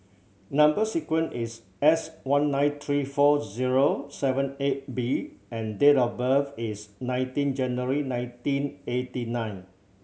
number sequence is S one nine three four zero seven eight B and date of birth is nineteen January nineteen eighty nine